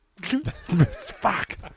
Fuck